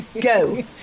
Go